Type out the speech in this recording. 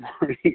morning